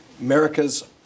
America's